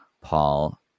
Paul